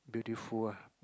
beautiful ah